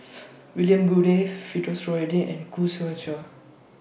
William Goode Firdaus Nordin and Khoo Seow